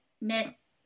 miss